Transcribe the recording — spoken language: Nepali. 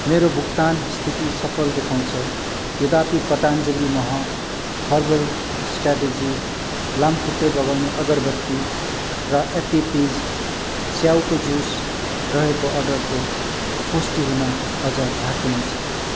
मेरो भुक्तान स्थिति सफल देखाउँछ यद्यपि पतञ्जलि मह हर्बल स्ट्र्याटेजी लामखुट्टे भगाउने अगरबत्ती र एप्पी फिज स्याउको जुस रहेको अर्डरको पुष्टि हुन अझ बाँकी नै छ